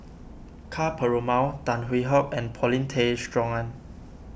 Ka Perumal Tan Hwee Hock and Paulin Tay Straughan